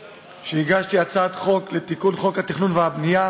הגשתי הצעת חוק לתיקון חוק התכנון והבנייה,